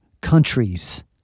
countries